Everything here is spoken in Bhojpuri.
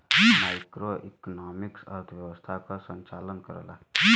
मैक्रोइकॉनॉमिक्स अर्थव्यवस्था क संचालन करला